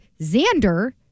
Xander